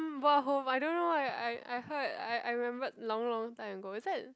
um bought home I don't know why I I heard I I remembered long long time ago is that